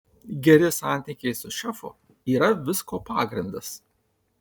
geri santykiai su šefu yra visko pagrindas